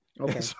Okay